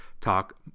talk